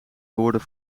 woorden